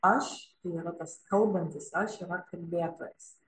aš tai yra tas kalbantis aš yra kalbėtojas